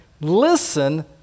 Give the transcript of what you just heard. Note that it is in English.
listen